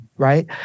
Right